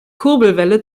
kurbelwelle